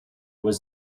was